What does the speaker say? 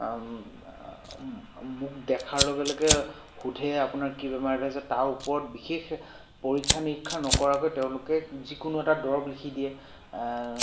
মুখ দেখাৰ লগে লগে সোধে আপোনাৰ কি বেমাৰ হৈছে তাৰ ওপৰত বিশেষ পৰীক্ষা নিৰীক্ষা নকৰাকৈ তেওঁলোকে যিকোনো এটা দৰৱ লিখি দিয়ে